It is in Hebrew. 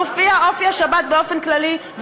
מופיע אופי השבת באופן כללי,